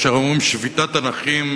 כשאנחנו אומרים שביתת הנכים,